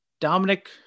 Dominic